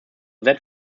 that